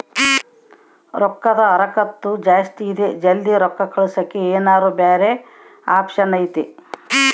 ರೊಕ್ಕದ ಹರಕತ್ತ ಜಾಸ್ತಿ ಇದೆ ಜಲ್ದಿ ರೊಕ್ಕ ಕಳಸಕ್ಕೆ ಏನಾರ ಬ್ಯಾರೆ ಆಪ್ಷನ್ ಐತಿ?